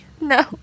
No